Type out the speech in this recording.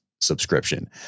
subscription